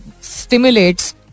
stimulates